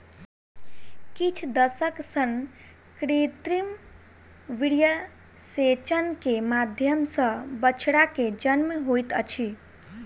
किछ दशक सॅ कृत्रिम वीर्यसेचन के माध्यम सॅ बछड़ा के जन्म होइत अछि